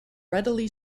readily